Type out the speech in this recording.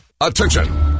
Attention